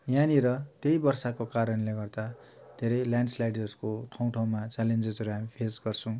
यहाँनिर त्यही वर्षाको कारणले गर्दा धेरै ल्यान्डस्लाइड्सको ठाउँ ठाउँमा च्यालेन्जेसहरू हामी फेस गर्छौँ